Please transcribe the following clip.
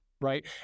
right